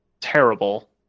terrible